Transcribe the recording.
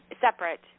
separate